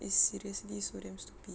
it's seriously so damn stupid